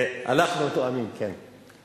אנחנו מתואמים, כן.